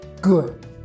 good